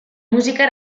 musica